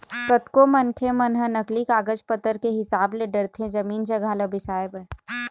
कतको मनखे मन ह नकली कागज पतर के हिसाब ले डरथे जमीन जघा ल बिसाए बर